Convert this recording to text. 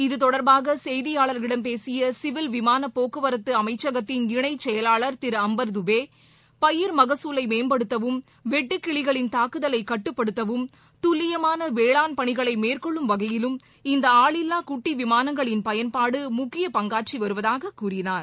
இத்தொடர்பாக செய்தியாளர்களிடம் பேசிய சிவில் விமாளப் போக்குவரத்து அமைச்சகத்தின் இணை செயலாளர் திரு அம்பர் துபே பயிர் மக்குலை மேம்படுத்தவும் வெட்டுக் கிளிகளின் தாக்குதலை கட்டுப்படுத்தவும் துல்லியமான வேளாண் பணிகளை மேற்கொள்ளும் வகையிலும் இந்த ஆளில்வா குட்டி விமானங்களின் பயன்பாடு முக்கிய பங்காற்றி வருவதாகக் கூறினார்